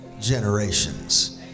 generations